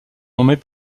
nommés